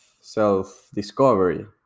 self-discovery